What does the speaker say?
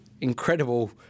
incredible